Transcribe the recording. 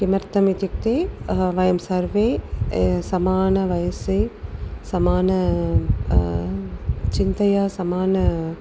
किमर्थम् इत्युक्ते वयं सर्वे समानवयसः समान चिन्तया समान